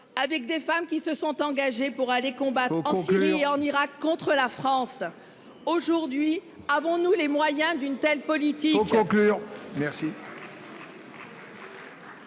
Avec des femmes qui se sont engagés pour aller combattre en Syrie et en Irak contre la France. Aujourd'hui, avons-nous les moyens d'une telle politique